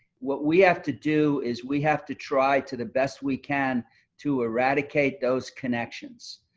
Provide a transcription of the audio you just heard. what we have to do is we have to try to the best we can to eradicate those connections.